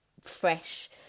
fresh